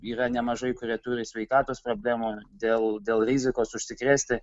yra nemažai kurie turi sveikatos problemų dėl dėl rizikos užsikrėsti